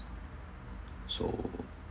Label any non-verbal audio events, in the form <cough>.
<breath> so